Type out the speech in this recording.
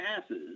passes